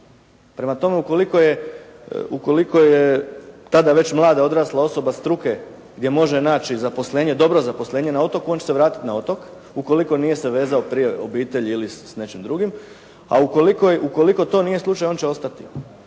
Prema tome u koliko je tada već mlada odrasla osoba struke gdje može naći dobro zaposlenje na otoku on će se vratiti na otok, ukoliko se nije vezao prije s obitelji ili s nečim drugim, a ukoliko to nije slučaj on će ostati.